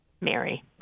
Mary